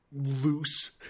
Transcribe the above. loose